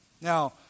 Now